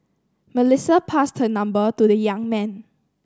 Melissa passed her number to the young man